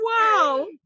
Wow